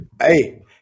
hey